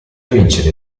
vincere